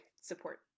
support